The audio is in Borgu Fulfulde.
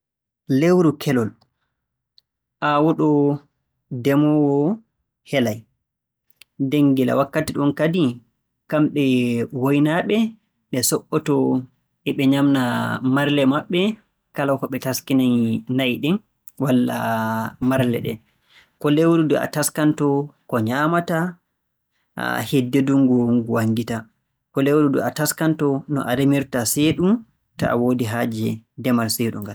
Lewru kelol, aawuɗo demoowo helay. Nden gila wakkati ɗum kadi kamɓe waynaaɓe ɓe so"oto e ɓe nyaamna marle maɓɓe kala ko ɓe taskini na'i ɗin walla maral leɗɗe. Ko lewru ndu a taskantoo ko nyaamata hiddee ndunngu wonngu wanngita, ko lewru ndu a taskantoo no remirta seeɗu to a woodi haaje demal seeɗu ngal.